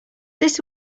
this